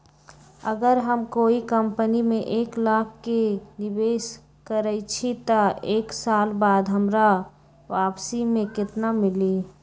अगर हम कोई कंपनी में एक लाख के निवेस करईछी त एक साल बाद हमरा वापसी में केतना मिली?